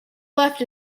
left